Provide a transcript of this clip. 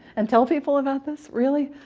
and tell people about this really.